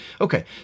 Okay